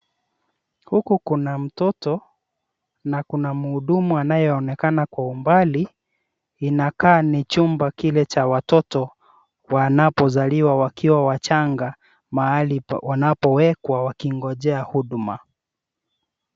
Huku kuna mtoto na kuna muhudumu anayeonekana kwa umbali inakaa ni chumba kile cha watoto wanapozaliwa wakiwa wachanga mahali wanapowekwa wakingojea huduma.